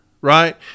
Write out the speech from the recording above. right